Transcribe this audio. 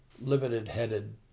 limited-headed